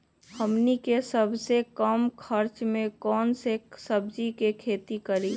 हमनी के सबसे कम खर्च में कौन से सब्जी के खेती करी?